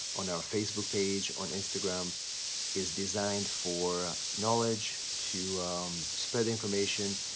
on our facebook page, on instagram is designed for knowledge to spread information.